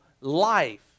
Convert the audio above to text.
life